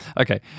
Okay